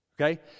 Okay